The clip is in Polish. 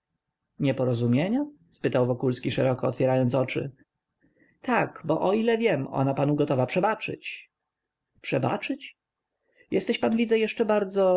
nieporozumienia spytał wokulski szeroko otwierając oczy tak bo o ile wiem ona panu gotowa przebaczyć przebaczyć jesteś pan widzę jeszcze bardzo